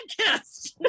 podcast